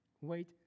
wait